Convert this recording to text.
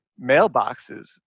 mailboxes